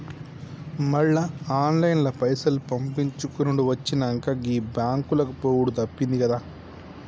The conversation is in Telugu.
మళ్ల ఆన్లైన్ల పైసలు పంపిచ్చుకునుడు వచ్చినంక, గీ బాంకులకు పోవుడు తప్పిందిగదా